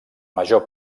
major